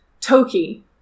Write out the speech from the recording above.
Toki